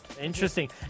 Interesting